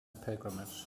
pilgrimage